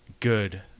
good